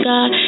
God